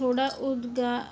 थोह्ड़ा उद्धार